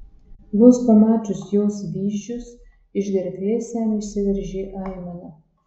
vos pamačius jos vyzdžius iš gerklės jam išsiveržė aimana